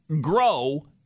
grow